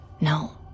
no